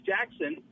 Jackson